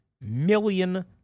million